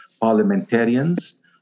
parliamentarians